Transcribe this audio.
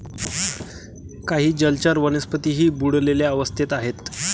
काही जलचर वनस्पतीही बुडलेल्या अवस्थेत आहेत